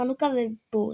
חנוכה ופורים.